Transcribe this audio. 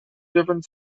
different